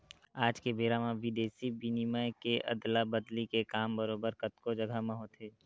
आज के बेरा म बिदेसी बिनिमय के अदला बदली के काम बरोबर कतको जघा म होथे